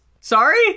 Sorry